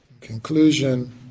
conclusion